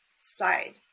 side